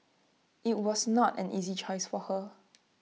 IT was not an easy choice for her